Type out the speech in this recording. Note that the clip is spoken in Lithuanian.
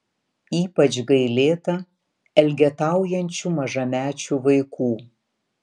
ypač gailėta elgetaujančių mažamečių vaikų